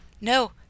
No